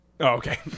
okay